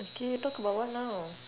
okay talk about what now